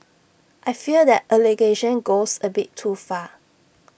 I fear that allegation goes A bit too far